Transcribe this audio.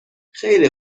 خیله